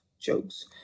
Jokes